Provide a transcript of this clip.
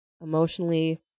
emotionally